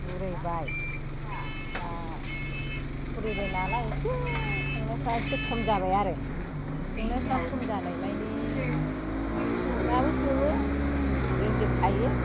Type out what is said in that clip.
बुरैबाय दा बुरैबाय नालाय एसे संनायफ्रा एसे खम जाबाय आरो संनायफ्रा खम जानाय माने दाबो सङो रोंजोबखायो